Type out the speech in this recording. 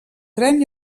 tren